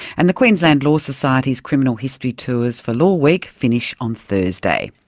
and the queensland law society's criminal history tours for law week finish on thursday.